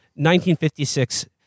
1956